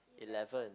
eleven